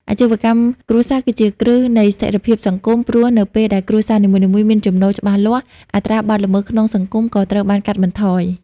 អាជីវកម្មគ្រួសារគឺជាគ្រឹះនៃស្ថិរភាពសង្គម ព្រោះនៅពេលដែលគ្រួសារនីមួយៗមានចំណូលច្បាស់លាស់ អត្រាបទល្មើសក្នុងសង្គមក៏ត្រូវបានកាត់បន្ថយ។